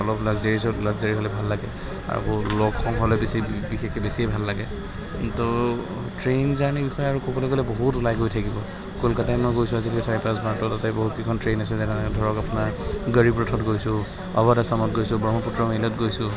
অলপ লাগজাৰীছত লাগজাৰী হ'লে ভাল লাগে আৰু লগ সংগ হ'লে বেছি বিশেষকৈ বেছিয়ে ভাল লাগে ত' ট্ৰেইন জাৰ্ণিৰ বিষয়ে আৰু ক'বলৈ গ'লে বহুত ওলাই গৈ থাকিব কলকাতাই মই গৈছোঁ আজিলৈকে চাৰি পাঁচবাৰ তাতে বহুত কেইখন ট্ৰেইন আছে যেনে ধৰক আপোনাৰ গৰীবৰথত গৈছোঁ অৱধ আছামত গৈছোঁ ব্ৰহ্মপুত্ৰ মেইলত গৈছোঁ